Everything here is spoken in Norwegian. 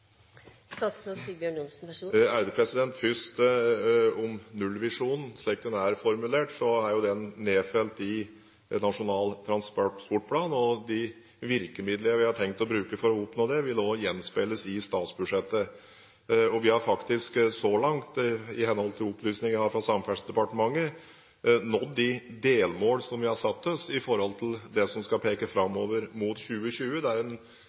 Først om nullvisjonen: Slik den er formulert, er den nedfelt i Nasjonal transportplan. De virkemidler vi har tenkt å bruke for å oppnå det, vil også gjenspeiles i statsbudsjettet. Vi har faktisk så langt, i henhold til opplysninger jeg har fra Samferdselsdepartementet, nådd de delmålene vi har satt oss med hensyn til det som skal peke framover mot 2020, der en